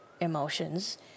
emotions